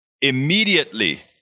immediately